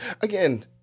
Again